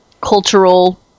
cultural